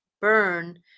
burn